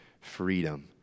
Freedom